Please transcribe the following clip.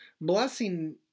Blessing